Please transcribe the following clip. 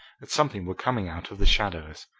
that something were coming out of the shadows,